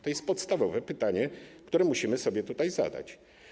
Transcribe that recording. To jest podstawowe pytanie, które musimy sobie tutaj zadać.